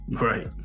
Right